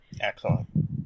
Excellent